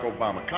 Obama